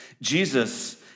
Jesus